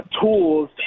tools